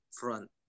front